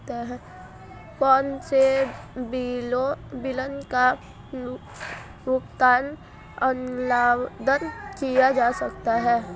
कौनसे बिलों का भुगतान ऑनलाइन किया जा सकता है?